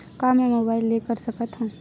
का मै मोबाइल ले कर सकत हव?